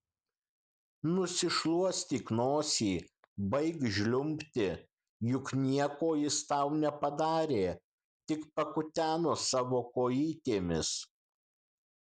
nusišluostyk nosį baik žliumbti juk nieko jis tau nepadarė tik pakuteno savo kojytėmis